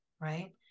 right